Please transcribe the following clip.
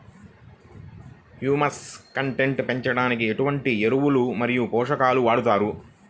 Humus content పెంచడానికి ఎటువంటి ఎరువులు మరియు పోషకాలను వాడతారు?